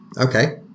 Okay